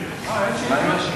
זה האנרגיות.